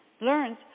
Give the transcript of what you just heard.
learns